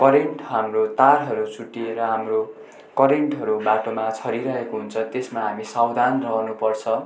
current हाम्रो तारहरू चुट्टिएर हाम्रो करेन्टहरू बाटोमा छरिरहेको हुन्छ त्यसमा हामी सावधान रहनुपर्छ